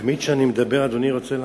תמיד כשאני מדבר אדוני מבקש לעזוב?